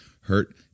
hurt